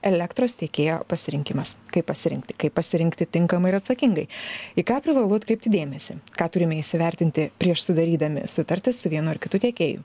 elektros tiekėjo pasirinkimas kaip pasirinkti kaip pasirinkti tinkamai ir atsakingai į ką privalu atkreipti dėmesį ką turime įsivertinti prieš sudarydami sutartis su vienu ar kitu tiekėju